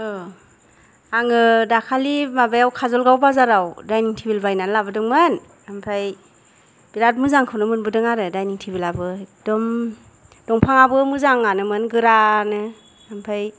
औ आङो दाखालि माबायाव खाजलगाव बाजाराव दाइनिं थेबोल बायनानै लाबोदोंमोन ओमफ्राय बेराद मोजांखौनो मोनबोदों आरो दाइनिं थेबोलाबो एखदम दंफाङाबो मोजाङानोमोन गोरानो ओमफाय